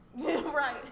Right